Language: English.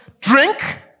drink